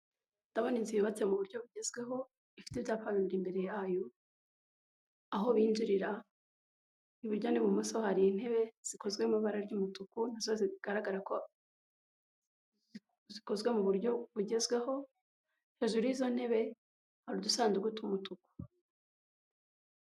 Ndabona inzu yubatse mu buryo bugezweho ifite ibyapa biribiri. Imbere yayo aho binjirira ibuburyo n'bumoso hari intebe zikozwe mu ibara ry'umutuku nazo zigaragara zikozwe mu buryo bugezweho hejuru y'izo ntebe hari udusanduku tw'umutuku.